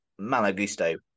Malagusto